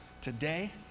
Today